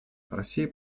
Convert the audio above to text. россия